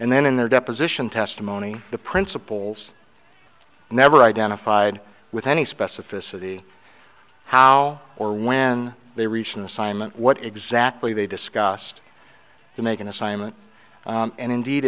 and then in their deposition testimony the principals never identified with any specificity how or when they reached an assignment what exactly they discussed to make an assignment and indeed